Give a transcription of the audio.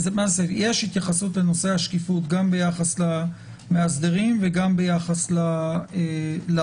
יש התייחסות לנושא השקיפות גם ביחס למאסדרים וגם ביחס לרשות.